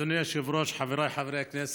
אדוני היושב-ראש, חבריי חברי הכנסת,